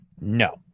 no